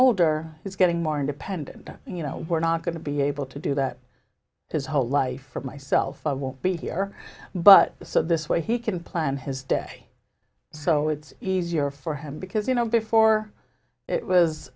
older it's getting more independent you know we're not going to be able to do that his whole life for myself i won't be here but so this way he can plan his day so it's easier for him because you know before it was